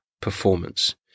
performance